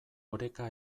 oreka